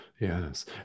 Yes